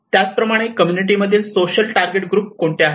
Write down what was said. त्याचप्रमाणे कम्युनिटी मधील social target group कोणते आहे